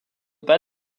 pas